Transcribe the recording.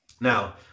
Now